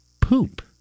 poop